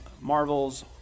Marvel's